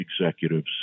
executives